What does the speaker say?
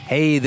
Hey